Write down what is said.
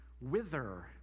wither